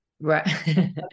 Right